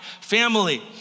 family